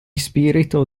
spirito